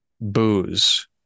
booze